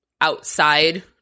outside